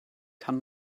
kann